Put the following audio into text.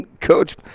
Coach